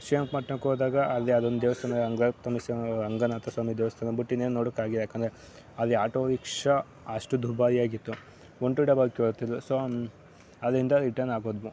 ಶ್ರೀರಂಗಪಟ್ಟಣಕ್ಕೆ ಹೋದಾಗ ಅಲ್ಲಿ ಅದೊಂದು ದೇವಸ್ಥಾನ ರಂಗನಾಥ ಸ್ವಾಮಿ ದೇವಸ್ಥಾನ ಬಿಟ್ಟು ಇನ್ನೇನೂ ನೋಡೋಕ್ಕಾಗಿಲ್ಲ ಏಕೆಂದ್ರೆ ಅಲ್ಲಿ ಆಟೋ ರಿಕ್ಷಾ ಅಷ್ಟು ದುಬಾರಿಯಾಗಿತ್ತು ಒನ್ ಟು ಡಬಲ್ ಕೇಳ್ತಿದ್ದರು ಸೊ ಅಲ್ಲಿಂದ ರಿಟನ್ ಆಗೋದನ್ನೂ